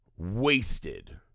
wasted